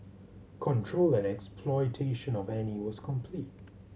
control and exploitation of Annie was complete